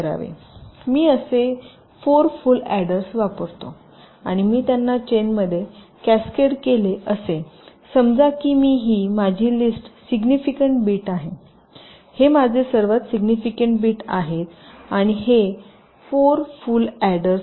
मी असे 4 full adders वापरतो आणि मी त्यांना चेनमध्ये कॅसकेड केले असे समजा की ही माझी लिस्ट सिग्निफिकन्ट बिट आहे हे माझे सर्वात सिग्निफिकन्ट बिट आहे आणि हे 4 फुल अॅडर्स आहेत